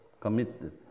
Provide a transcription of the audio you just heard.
committed